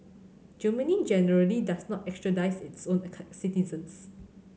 Germany generally does not extradite its own citizens